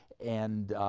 and